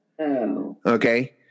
Okay